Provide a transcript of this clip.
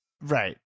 Right